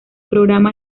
programa